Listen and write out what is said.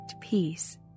peace